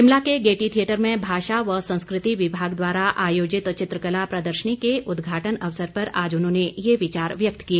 शिमला के gaiety theatre में भाषा व संस्कृति विभाग द्वारा आयोजित चित्रकला प्रदर्शनी के उद्घाटन अवसर पर आज उन्होंने ये विचार व्यक्त किए